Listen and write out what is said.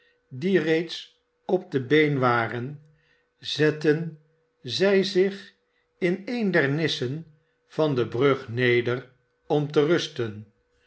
die reeds op de been waren zetten zij zich in een der nissen van de brug neder om te rusten